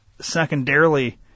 secondarily